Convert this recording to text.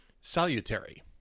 salutary